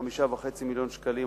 ל-5.5 מיליון שקלים,